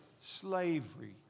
slavery